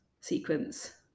sequence